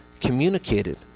communicated